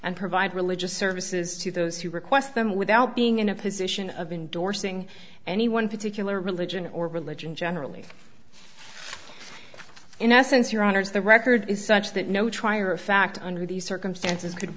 and provide religious services to those who request them without being in a position of endorsing any one particular religion or religion generally in essence your honour's the record is such that no trier of fact under these circumstances could